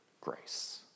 grace